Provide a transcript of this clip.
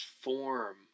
form